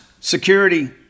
Security